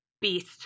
beast